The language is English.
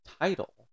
title